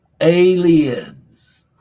aliens